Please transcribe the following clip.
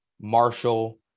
Marshall